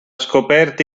scoperta